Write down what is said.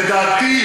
לדעתי,